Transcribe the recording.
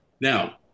Now